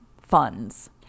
funds